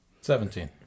Seventeen